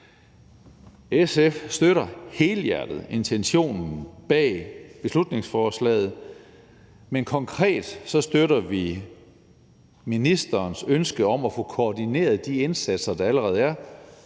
SF støtter helhjertet intentionen bag beslutningsforslaget, men konkret støtter vi ministerens ønske om at få koordineret de indsatser, der allerede er,